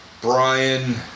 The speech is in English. Brian